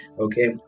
Okay